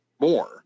more